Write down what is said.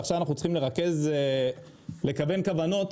עכשיו אנחנו צריכים לכוון כוונות